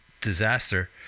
Disaster